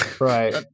Right